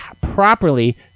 properly